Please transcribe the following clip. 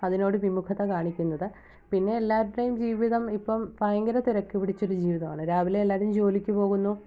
അതിനോട് വിമുഖത കാണിക്കുന്നത് പിന്നെ എല്ലാവരുടേയും ജീവിതം ഇപ്പം ഭയങ്കര തിരക്ക് പിടിച്ചൊരു ജീവിതമാണ് രാവിലെ എല്ലാവരും ജോലിക്ക് പോകുന്നു